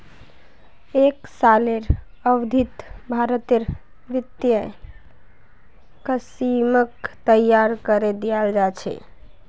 एक सालेर अवधित भारतेर वित्तीय स्कीमक तैयार करे दियाल जा छे